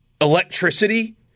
electricity